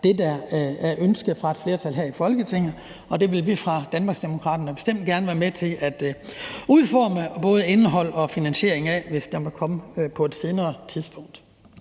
det, der er ønsket fra et flertal her i Folketinget. Det vil vi fra Danmarksdemokraterne bestemt gerne være med til at udforme både indhold og finansiering af, hvis det måtte komme på et senere tidspunkt.